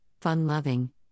Fun-Loving